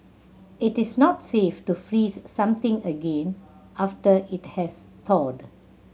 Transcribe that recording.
it is not safe to freeze something again after it has thawed